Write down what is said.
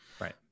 Right